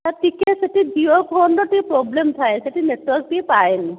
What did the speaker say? sir ଟିକିଏ ସେଠି ଜିଓ ଫୋନ୍ର ଟିକିଏ ପ୍ରୋବ୍ଲେମ୍ ଥାଏ ସେଠି ନେଟ୍ୱର୍କ୍ ଟିକିଏ ପାଏନି